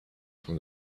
from